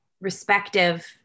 respective